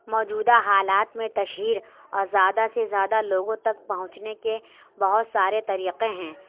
موجودہ حالات میں تشریر اور زیادہ سے زیادہ لوگوں تک پہنچنے کے بہت سارے طریقے ہیں